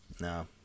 No